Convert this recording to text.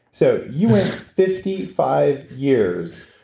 so you went fifty five years.